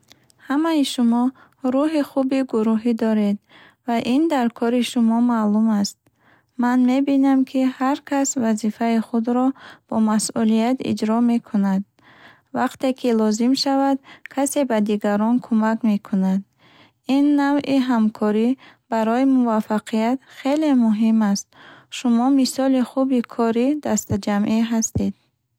Ҳамаи шумо рӯҳи хуби гурӯҳӣ доред, ва ин дар кори шумо маълум аст. Ман мебинам, ки ҳар кас вазифаи худро бо масъулият иҷро мекунад. Вақте ки лозим шавад, касе ба дигарон кӯмак мекунад. Ин навъи ҳамкорӣ барои муваффақият хеле муҳим аст. Шумо мисоли хуби кори дастаҷамъӣ ҳастед.